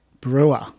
Brewer